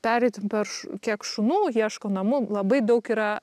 pereitum per š kiek šunų ieško namų labai daug yra